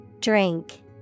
Drink